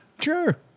Sure